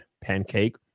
pancake